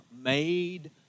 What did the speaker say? Made